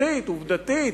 תשתית עובדתית,